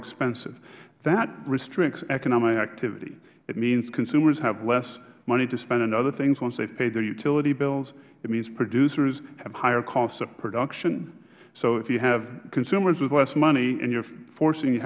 expensive that restricts economic activity it means consumers have less money to spend on other things once they have paid their utility bills it means producers have higher costs of production so if you have consumers with less money and you